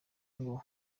ngo